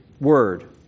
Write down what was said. word